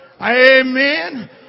Amen